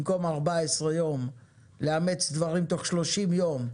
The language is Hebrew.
במקום 14 יום לאמץ דברים תוך 30 יום,